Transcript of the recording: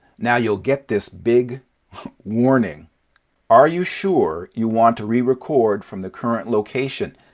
now, you'll get this big warning are you sure you want to re-record from the current location?